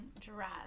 dress